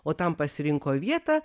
o tam pasirinko vietą